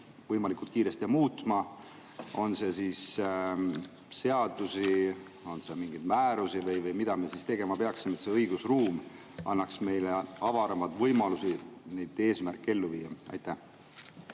võimalikult kiiresti muutma? Kas seadusi, mingeid määrusi või mida me tegema peaksime, et see õigusruum annaks meile avaramaid võimalusi neid eesmärke ellu viia? Aitäh,